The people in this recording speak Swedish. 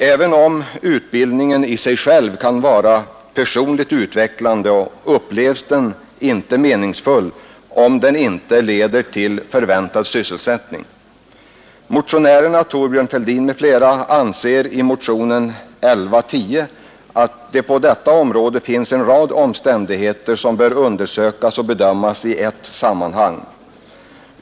Även om utbildningen i sig själv kan vara personligt utvecklande, upplevs den inte meningsfull om den inte leder till förväntad sysselsättning. Motionärerna, Thorbjörn Fälldin m.fl., anser i motionen 1110 att det på detta område finns en rad omständigheter, som bör undersökas och bedömas i ett sammanhang.